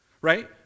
Right